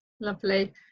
lovely